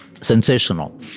sensational